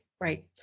Right